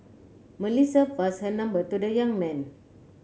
Melissa passed her number to the young man